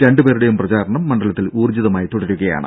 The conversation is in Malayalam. രണ്ടു പേരുടേയും പ്രചാരണം മണ്ഡലത്തിൽ ഉൌർജ്ജിതമായി തുടരുകയാണ്